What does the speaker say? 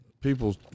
people